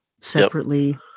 separately